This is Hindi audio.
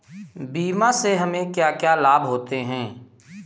बीमा से हमे क्या क्या लाभ होते हैं?